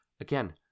again